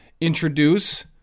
introduce